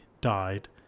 died